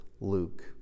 Luke